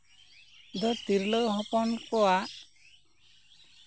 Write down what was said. ᱫᱚ ᱛᱤᱨᱞᱟᱹ ᱦᱚᱯᱚᱱ ᱠᱚᱣᱟᱜ